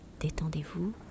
détendez-vous